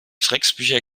drecksbücher